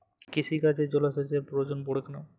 কৃষিকাজে জলসেচের প্রয়োজন পড়ে কেন?